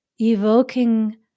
evoking